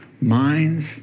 minds